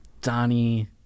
Donnie